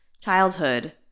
childhood